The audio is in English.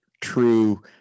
true